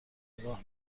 نگاه